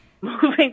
moving